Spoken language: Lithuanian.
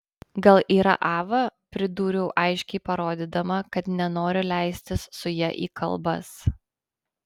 gal yra ava pridūriau aiškiai parodydama kad nenoriu leistis su ja į kalbas